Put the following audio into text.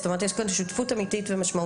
זאת אומרת יש כאן שותפות אמיתית ומשמעותית,